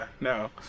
no